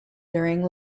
during